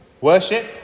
Worship